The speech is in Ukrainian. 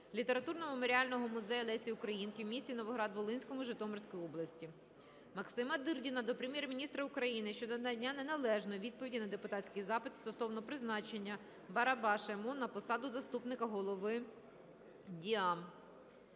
літературно-меморіального музею Лесі Українки в місті Новограді-Волинському Житомирської області. Максима Дирдіна до Прем'єр-міністра України щодо надання неналежної відповіді на депутатський запит стосовно призначення Барабаша М.О. на посаду заступника голови ДІАМ.